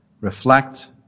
reflect